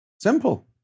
Simple